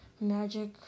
Magic